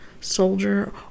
soldier